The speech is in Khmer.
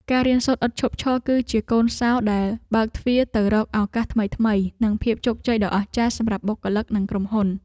ការរៀនសូត្រឥតឈប់ឈរ គឺជាកូនសោរដែលបើកទ្វារទៅរកឱកាសថ្មីៗ និងភាពជោគជ័យដ៏អស្ចារ្យសម្រាប់បុគ្គលិកនិងក្រុមហ៊ុន។